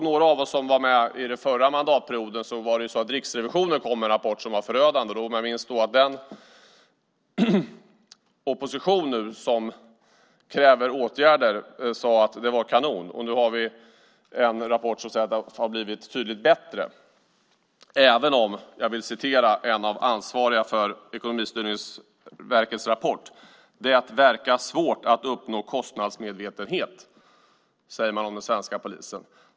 Några av oss som var med under förra mandatperioden kommer ihåg att Riksrevisionen kom med en rapport som var förödande. Jag minns att den nuvarande oppositionen, som nu kräver åtgärder, sade att det var kanon. Nu har vi en rapport som säger att det har blivit betydligt bättre, även om jag vill citera en av de ansvariga för Ekonomistyrningsverkets rapport. Det verkar svårt att uppnå kostnadsmedvetenhet, säger man om den svenska polisen.